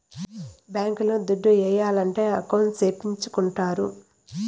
bank లో దుడ్లు ఏయాలంటే అకౌంట్ సేపిచ్చుకుంటారు